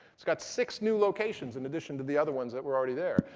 it's got six new locations in addition to the other ones that were already there.